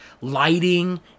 lighting